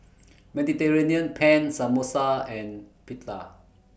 Mediterranean Penne Samosa and Pita